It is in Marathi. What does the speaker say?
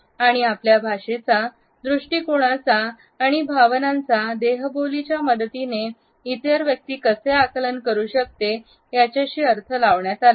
आणि आपल्या भाषेचा दृष्टिकोनाचाआणि भावनांचा देहबोलीचा मदतीने इतर व्यक्ती कसे आकलन करू शकते याच्याशी लावण्यात आला